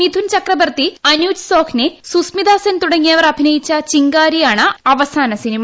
മിഥൂൻ ചക്രബർത്തി അനുജ് സോഹ്നെ സുഷ്മിത സെൻ തുടങ്ങിയവർ അഭിനയിച്ച ചിംഗാരി ആണ് അവസാന സിനിമ